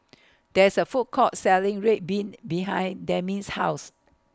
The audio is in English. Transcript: There IS A Food Court Selling Red Bean behind Demi's House